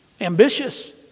Ambitious